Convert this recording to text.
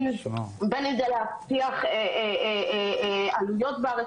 בין אם להבטיח עלויות בארץ